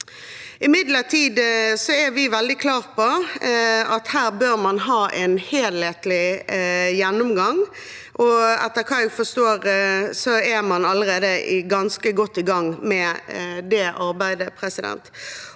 imidlertid veldig klare på at her bør man ha en helhetlig gjennomgang, og etter hva jeg forstår, er man allerede ganske godt i gang med det arbeidet.